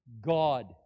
God